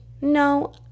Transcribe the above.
No